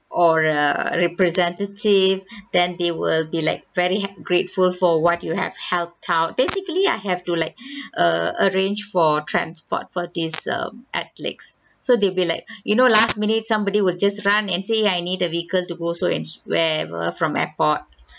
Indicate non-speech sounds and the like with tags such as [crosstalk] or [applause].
or a representative then they will be like very ha~ grateful for what you have helped out basically I have to like [breath] err arrange for transport for this um athletes so they'll be like you know last minute somebody will just run and say I need a vehicle to go so and wherever from airport